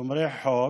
שומרי חוק,